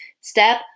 step